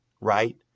right